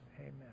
amen